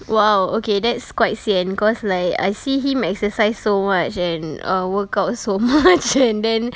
!wow! okay that is quite sian cause like I see him exercise so much and err workout so much and then